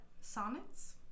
Sonnets